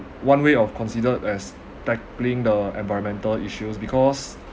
one way of considered as tackling the environmental issues because